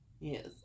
Yes